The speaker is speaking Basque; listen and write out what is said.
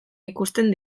ikusten